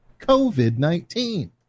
COVID-19